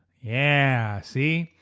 yeah see?